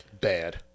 Bad